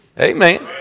Amen